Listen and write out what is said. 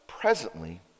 presently